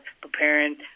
preparing